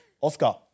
Oscar